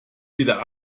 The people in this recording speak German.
wieder